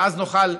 ואז נוכל,